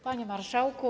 Panie Marszałku!